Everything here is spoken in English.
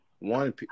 one